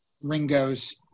Ringo's